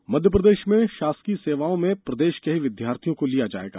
मुख्यमंत्री मध्यप्रदेश में शासकीय सेवाओं में प्रदेश के ही विद्यार्थियों को लिया जायेगा